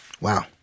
Wow